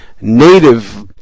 native